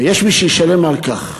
ויש מי שישלם על כך.